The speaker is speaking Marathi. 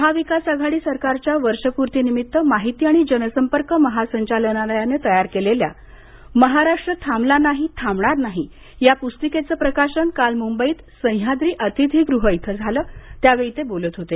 महाविकास आघाडी सरकारच्या वर्षपूर्तीनिमित्त माहिती आणि जनसंपर्क महासंचालनालयानं तयार केलेल्या महाराष्ट्र थांबला नाही थांबणार नाही या पुस्तिकेचं प्रकाशन काल मुंबईत सह्याद्री अतिथिगृह इथं झालं त्यावेळी ते बोलत होते